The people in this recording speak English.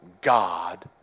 God